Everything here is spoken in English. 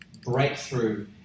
breakthrough